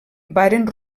varen